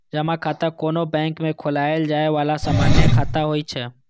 जमा खाता कोनो बैंक मे खोलाएल जाए बला सामान्य खाता होइ छै